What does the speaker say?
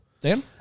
Dan